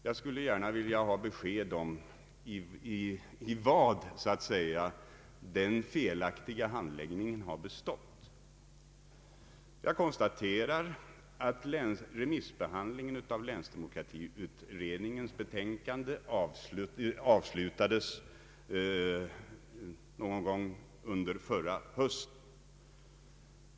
Jag skulle gärna vilja ha besked om på vad sätt en felaktig handläggning har förekommit. Jag konstaterar att remissbehandling en av länsdemokratiutredningens betänkande avslutades någon gång under förra hösten.